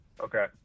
Okay